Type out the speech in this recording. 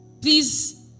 Please